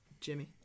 Jimmy